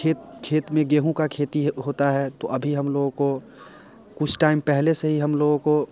खेत खेत में गेहूँ का खेती होता है तो अभी हम लोग को कुछ टाइम पहले से ही हम लोगों को